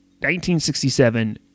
1967